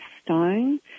stone